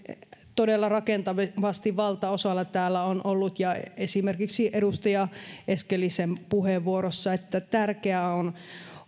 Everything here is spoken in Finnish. todella rakentavasti valtaosalla täällä on ollut esimerkiksi edustaja eskelisen puheenvuorossa tärkeää on